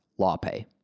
LawPay